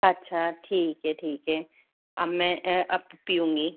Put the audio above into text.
अच्छा ठीक है ठीक है अब मैं अब पी लूँगी